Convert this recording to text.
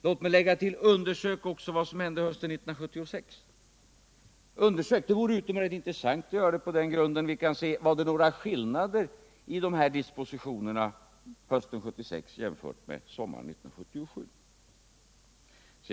Låt mig då lägga till: Undersök också vad som hände hösten 1976! Det vore utomordentligt intressant att göra det på den grunden att man kunde se efter om det var några skillnader i dispositionerna hösten 1976 jämfört med sommaren 1977.